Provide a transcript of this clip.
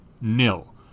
nil